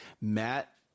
Matt